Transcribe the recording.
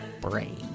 brain